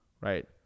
right